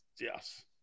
Yes